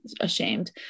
ashamed